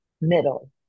middle